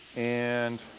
and